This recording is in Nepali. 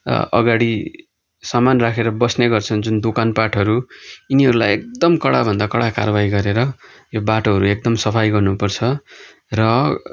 अगाडि सामान राखेर बस्ने गर्छन् जुन दोकानपाटहरू यिनीहरूलाई एकदम कडाभन्दा कडा कार्वाही गरेर यो बाटोहरू एकदम सफाई गर्नु पर्छ र